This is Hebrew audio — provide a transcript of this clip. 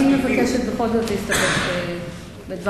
אני מבקשת בכל זאת להסתפק בדברי,